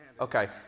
Okay